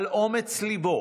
על אומץ ליבו,